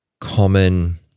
common